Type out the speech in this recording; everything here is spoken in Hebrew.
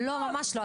לא, ממש לא.